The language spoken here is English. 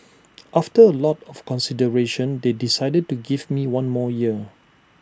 after A lot of consideration they decided to give me one more year